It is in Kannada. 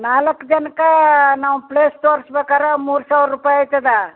ನಾಲ್ಕು ಜನ್ಕೆ ನಾವು ಪ್ಲೇಸ್ ತೋರ್ಸ್ಬೇಕಾರ ಮೂರು ಸಾವಿರ ರೂಪಾಯಿ ಆಗ್ತದಾ